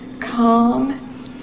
Calm